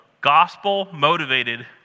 gospel-motivated